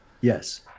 Yes